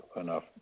enough